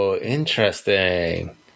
interesting